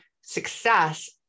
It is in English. success